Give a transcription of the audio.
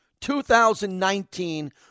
2019